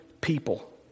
people